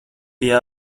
pie